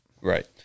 Right